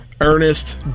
Ernest